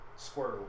Squirtle